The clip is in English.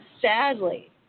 sadly